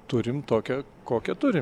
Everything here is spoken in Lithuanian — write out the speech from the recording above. turim tokią kokią turim